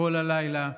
כל הלילה.